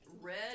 Red